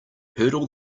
hurdle